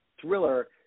thriller